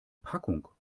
packung